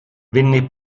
venne